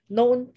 Known